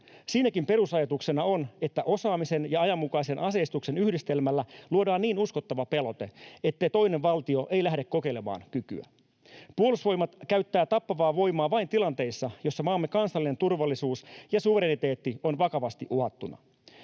Siinäkin perusajatuksena on, että osaamisen ja ajanmukaisen aseistuksen yhdistelmällä luodaan niin uskottava pelote, että toinen valtio ei lähde kokeilemaan kykyä. Puolustusvoimat käyttää tappavaa voimaa vain tilanteissa, jossa maamme kansallinen turvallisuus ja suvereniteetti on vakavasti uhattuna.